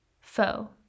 foe